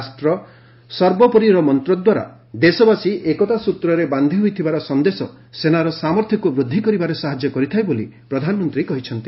ରାଷ୍ଟ୍ର ସର୍ବୋପରିର ମନ୍ତଦ୍ୱାରା ଦେଶବାସୀ ଏକତା ସ୍ତ୍ରରେ ବାନ୍ଧି ହୋଇଥିବାର ସନ୍ଦେଶ ସେନାର ସାମର୍ଥ୍ୟକ୍ତ ବୃଦ୍ଧି କରିବାରେ ସାହାଯ୍ୟ କରିଥାଏ ବୋଲି ପ୍ରଧାନମନ୍ତ୍ରୀ କହିଛନ୍ତି